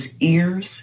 ears